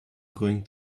going